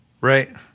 Right